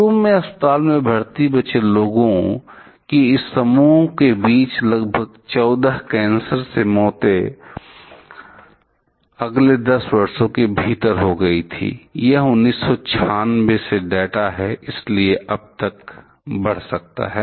शुरू में अस्पताल में भर्ती बचे लोगों के इस समूह के बीच लगभग 14 कैंसर की मौतें अगले 10 वर्षों के भीतर हो गई थी यह 1996 से डेटा है इसलिए यह अब तक बढ़ सकता है